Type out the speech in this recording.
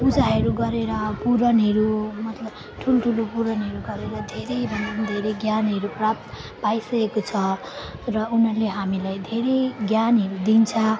पूजाहरू गरेर पुराणहरू मतलब ठुल्ठुलो पुराणहरू गरेर धेरैभन्दा पनि धेरै ज्ञानहरू प्राप्त पाइसकेको छ र उनीहरूले हामीलाई धेरै ज्ञानहरू दिन्छ